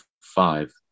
five